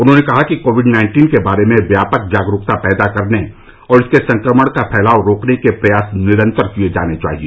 उन्होंने कहा कि कोविड नाइन्टीन के बारे में व्यापक जागरूकता पैदा करने और इसके संक्रमण का फैलाव रोकने के प्रयास निरंतर किए जाने चाहिए